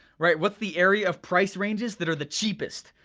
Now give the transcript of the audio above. right? what's the area of price ranges that are the cheapest?